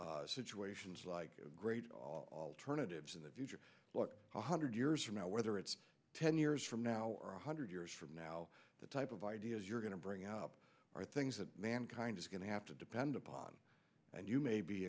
see situations like great alternatives in the future one hundred years from now whether it's ten years from now or a hundred years from now the type of ideas you're going to bring up are things that mankind is going to have to depend upon and you may be